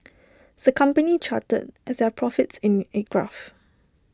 the company charted their profits in A graph